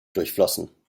durchflossen